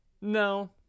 no